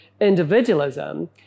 individualism